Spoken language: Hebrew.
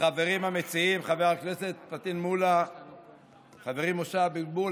החברים המציעים חבר הכנסת פטין מולא וחברי משה אבוטבול,